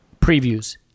previews